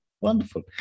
Wonderful